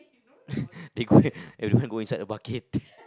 they could everyone go inside the bucket